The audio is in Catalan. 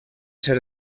ser